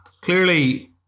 Clearly